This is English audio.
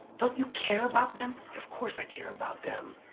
don't you care about them? of course i care about them.